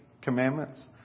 commandments